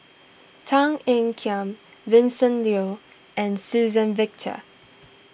Tan Ean Kiam Vincent Leow and Suzann Victor